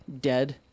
dead